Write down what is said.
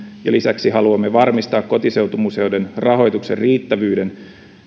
ja lisäksi haluamme varmistaa kotiseutumuseoiden rahoituksen riittävyyden